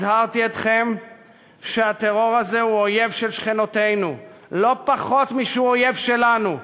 הזהרתי אתכם שהטרור הזה הוא אויב של שכנותינו לא פחות משהוא אויב שלנו.